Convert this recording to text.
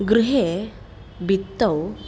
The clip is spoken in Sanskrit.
गृहे बित्तौ